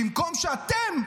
במקום שאתם,